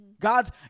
god's